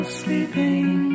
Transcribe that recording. sleeping